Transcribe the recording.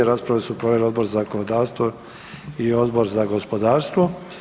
Raspravu su proveli Odbor za zakonodavstvo i Odbor za gospodarstvo.